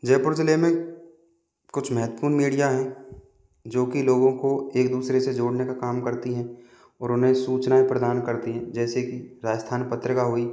जयपुर ज़िले में कुछ महत्वपूर्ण मीडिया हैं जो कि लोगों को एक दूसरे से जोड़ने का काम करती हैं और उन्हें सूचनाएँ प्रदान करती है जैसे कि राजस्थान पत्रिका हुई